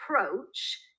approach